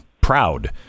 proud